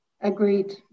Agreed